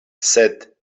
sed